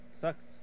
sucks